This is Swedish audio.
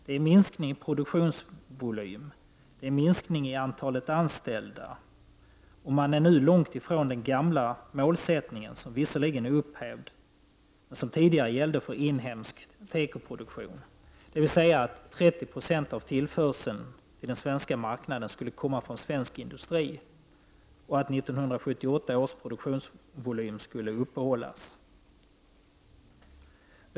Det är en minskning i produktionsvolym, det är en minskning i antalet anställda, och man är långt ifrån den gamla målsättningen, som visserligen är upphävd men som tidigare gällde för inhemsk tekoproduktion, dvs. att 30 96 av tillförseln till den svenska marknaden skulle komma från svensk industri och att 1978 års produktionsvolym skulle upprätthållas.